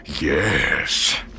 Yes